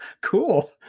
Cool